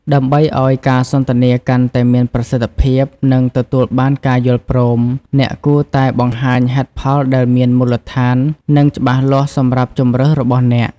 ដើម្បីឲ្យការសន្ទនាកាន់តែមានប្រសិទ្ធភាព និងទទួលបានការយល់ព្រម, អ្នកគួរតែបង្ហាញហេតុផលដែលមានមូលដ្ឋាន និងច្បាស់លាស់សម្រាប់ជម្រើសរបស់អ្នក។។